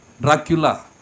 Dracula